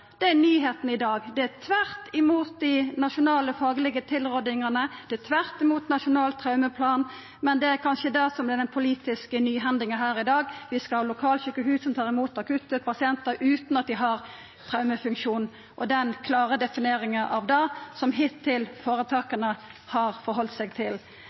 er det nye i dag. Det er tvert imot dei nasjonale faglege tilrådingane. Det er tvert imot Nasjonal traumeplan, men det er kanskje det som er den politiske nyhendinga her i dag, at vi skal ha lokalsjukehus som tar imot akuttpasientar, utan at dei har traumefunksjon, og den klare defineringa av det, som føretaka hittil har halde seg til.